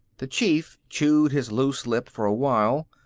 the chief chewed his loose lip for a while,